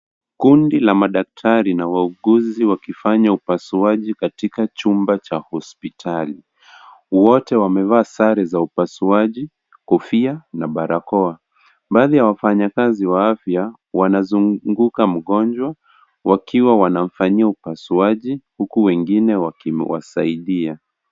Kundi la madaktari na wauguzi, wakifanya upasuaji katika chumba cha hospitali. Wote wamevaa sare za upasuaji, kofia na barakoa. Baadhi ya wafanyikazi wa afya, wanazungukwa mgonjwa, wakiwa wanamfanyia upasuaji, huku wengine wakiwasaidia.